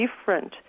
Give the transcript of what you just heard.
different